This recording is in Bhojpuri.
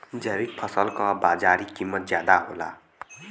जैविक फसल क बाजारी कीमत ज्यादा होला